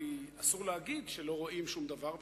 כי אסור להגיד שלא רואים שום דבר,